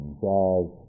jazz